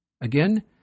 Again